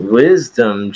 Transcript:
wisdom